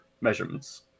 measurements